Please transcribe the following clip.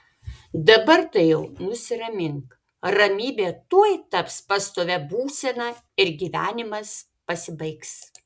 dabar tai jau nusiramink ramybė tuoj taps pastovia būsena ir gyvenimas pasibaigs